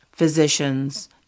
physicians